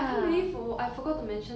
hor 很好 orh